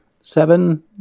seven